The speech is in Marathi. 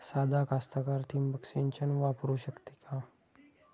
सादा कास्तकार ठिंबक सिंचन वापरू शकते का?